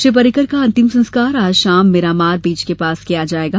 श्री पर्रिकर का अंतिम संस्कार आज शाम मिरामार बीच के पास किया जायेगा